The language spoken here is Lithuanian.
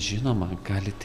žinoma galit